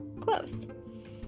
close